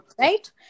right